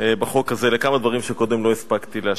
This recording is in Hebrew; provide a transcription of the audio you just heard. בחוק הזה, לכמה דברים שקודם לא הספקתי להשלים.